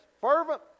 fervent